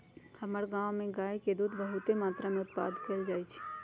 हमर गांव में गाय के दूध बहुते मत्रा में उत्पादन कएल जाइ छइ